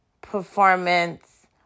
performance